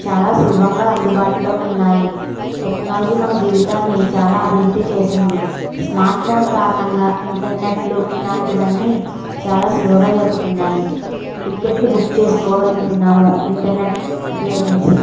చాలా సులభంగా అందుబాటులో ఉన్నాయి టెక్నాలజీ మన జీవితాన్ని చాలా అభివృద్ధి చేసింది స్మార్ట్ ఫోన్ కారణంగా ఇంటర్నెట్లు ఇలాంటివి అన్నీ చాలా సులువుగా దొరుకుతున్నాయి టికెట్లు బుక్ చేసుకోగలుగుతున్నాము ఇంటర్నెట్ ఉపయోగించి